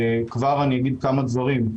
כבר אני אגיד כמה דברים.